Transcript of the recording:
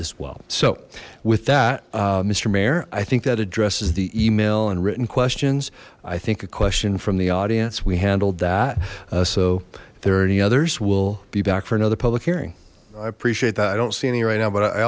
as well so with that mister mayor i think that addresses the email and written questions i think a question from the audience we handled that so there are any others we'll be back for another public hearing i appreciate that i don't see any right now but i